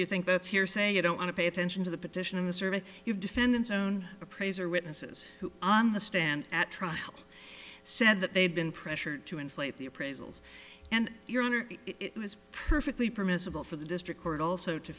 you think that's hearsay you don't want to pay attention to the petition in the service you defendant's own appraiser witnesses who on the stand at trial said that they'd been pressured to inflate the appraisals and your honor it was perfectly permissible for the district court also to